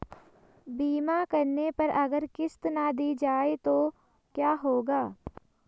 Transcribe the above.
बीमा करने पर अगर किश्त ना दी जाये तो क्या होगा?